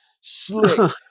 slick